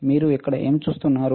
మీరు ఇక్కడ ఏమి చూస్తున్నారు